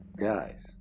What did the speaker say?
guys